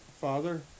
Father